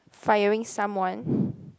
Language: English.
firing someone